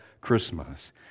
Christmas